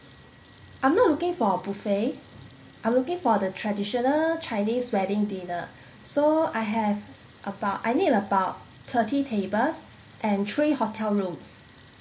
I'm not looking for a buffet I'm looking for the traditional chinese wedding dinner so I have about I need about thirty tables and three hotel rooms